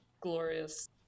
Glorious